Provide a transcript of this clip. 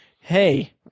hey